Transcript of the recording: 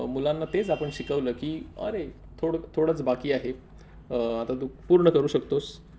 मुलांना तेच आपण शिकवलं की अरे थोडं थोडंच बाकी आहे आता तू पूर्ण करू शकतोस